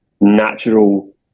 natural